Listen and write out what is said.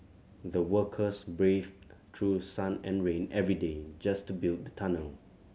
the workers braved through sun and rain every day just to build the tunnel